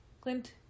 Clint